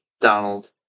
Donald